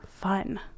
fun